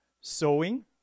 sewing